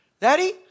Daddy